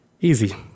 Easy